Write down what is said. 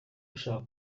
ushaka